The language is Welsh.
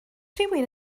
rhywun